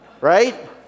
right